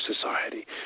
society